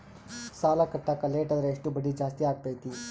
ಸಾಲ ಕಟ್ಟಾಕ ಲೇಟಾದರೆ ಎಷ್ಟು ಬಡ್ಡಿ ಜಾಸ್ತಿ ಆಗ್ತೈತಿ?